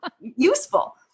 useful